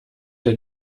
der